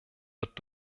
wird